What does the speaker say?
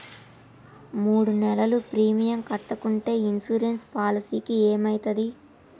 మూడు నెలలు ప్రీమియం కట్టకుంటే ఇన్సూరెన్స్ పాలసీకి ఏమైతది?